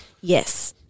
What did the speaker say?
Yes